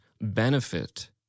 benefit